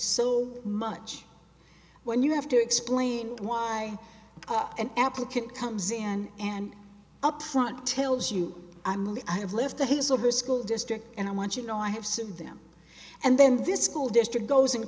so much when you have to explain why an applicant comes in and up front tells you i'm like i have left to his or her school district and i want you know i have sued them and then this school district goes and